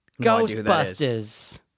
Ghostbusters